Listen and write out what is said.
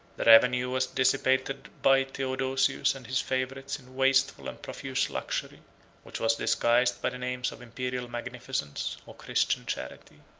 the revenue was dissipated by theodosius and his favorites in wasteful and profuse luxury which was disguised by the names of imperial magnificence, or christian charity.